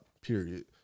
period